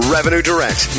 RevenueDirect